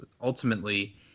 ultimately